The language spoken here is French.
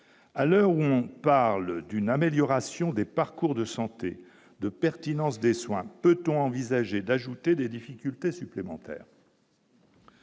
à l'heure où on parle d'une amélioration des parcours de santé de pertinence des soins, peut-on envisager d'ajouter des difficultés supplémentaires.